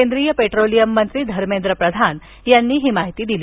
केंद्रीय पेट्रोलियम मंत्री धर्मेंद्र प्रधान यांनी ही माहिती दिली